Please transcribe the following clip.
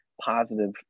positive